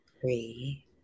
three